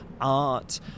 art